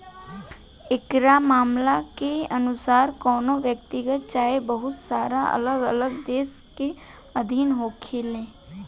एकरा मामला के अनुसार कवनो व्यक्तिगत चाहे बहुत सारा अलग अलग देश के अधीन होखेला